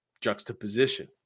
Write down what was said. juxtaposition